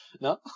No